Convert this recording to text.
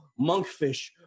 monkfish